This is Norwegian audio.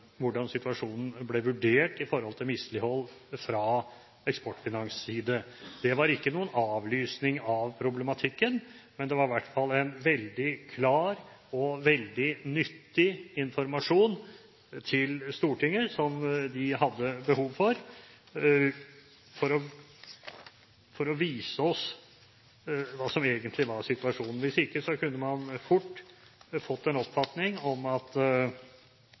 hvordan situasjonen ble vurdert i forhold til mislighold fra Eksportfinans' side. Det var ikke noen avlysning av problematikken, men det var i hvert fall en veldig klar og veldig nyttig informasjon til Stortinget, som man hadde behov for, for å vise oss hva som egentlig var situasjonen. Hvis ikke kunne man fort fått en oppfatning om at